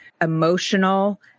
emotional